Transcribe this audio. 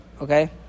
Okay